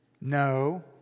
No